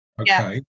okay